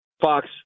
Fox